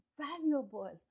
valuable